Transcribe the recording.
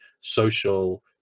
social